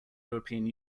european